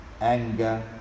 anger